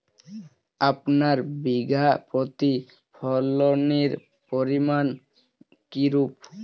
আপনার বিঘা প্রতি ফলনের পরিমান কীরূপ?